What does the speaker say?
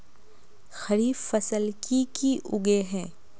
खरीफ फसल की की उगैहे?